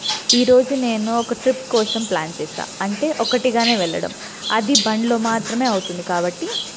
ఈరోజు నేను ఒక ట్రిప్ కోసం ప్లాన్ చేసా అంటే ఒకటిగానే వెళ్ళడం అది బండిలో మాత్రమే అవుతుంది కాబట్టి